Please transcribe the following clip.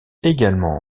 également